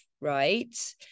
Right